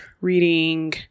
reading